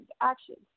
actions